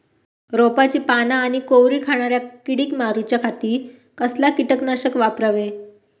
रोपाची पाना आनी कोवरी खाणाऱ्या किडीक मारूच्या खाती कसला किटकनाशक वापरावे?